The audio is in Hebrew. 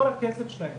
התלבושת של החוק,